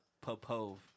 Popov